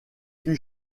fut